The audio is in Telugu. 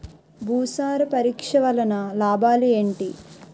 భూసార పరీక్ష వలన లాభాలు ఏంటి?